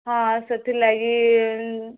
ହଁ ଆଉ ସେଥିର୍ଲାଗି